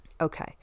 Okay